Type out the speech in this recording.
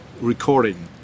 recording